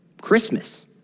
Christmas